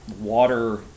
water